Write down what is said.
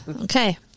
Okay